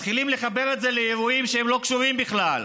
מתחילים לחבר את זה לאירועים שהם לא קשורים בכלל.